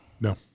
No